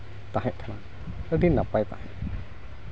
ᱛᱟᱦᱮᱸ ᱠᱟᱱᱟ ᱟᱹᱰᱤ ᱱᱟᱯᱟᱭ ᱛᱟᱦᱮᱸ ᱠᱟᱱᱟ